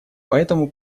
поэтому